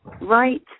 right